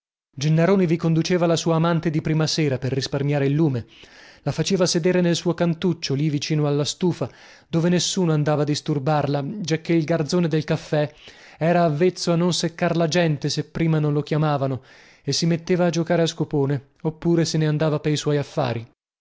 parola gennaroni vi conduceva la sua amante di prima sera per risparmiare il lume la faceva sedere nel suo cantuccio lì vicino alla stufa dove nessuno andava a disturbarla giacchè il garzone del caffè era avvezzo a non seccar la gente se prima non lo chiamavano e si metteva a giocare a scopone oppure se ne andava pei suoi affari